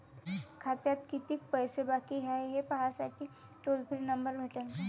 खात्यात कितीकं पैसे बाकी हाय, हे पाहासाठी टोल फ्री नंबर भेटन का?